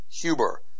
Huber